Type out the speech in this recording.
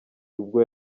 ubwo